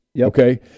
okay